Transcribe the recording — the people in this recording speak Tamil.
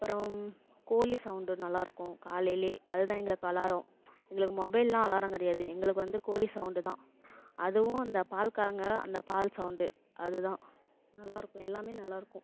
அப்புறம் கோழி சவுண்டு நல்லாயிருக்கும் காலைலே அது தான் எங்களுக்கு அலாரம் எங்களுக்கு மொபைல்லாம் அலாரம் கிடையாது எங்களுக்கு வந்து கோழி சவுண்டு தான் அதுவும் அந்த பால்காரங்க அந்த பால் சவுண்டு அது தான் நல்லாயிருக்கும் எல்லாம் நல்லாயிருக்கும்